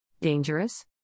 Dangerous